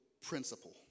principle